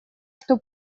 что